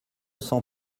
cent